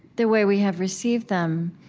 the way we have received them,